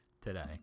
today